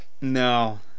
No